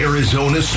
Arizona